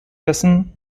dessen